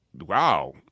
wow